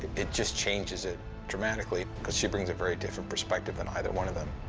it just changes it dramatically, cause she brings a very different perspective than either one of them.